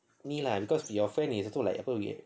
okay lah because your friend is also like looki~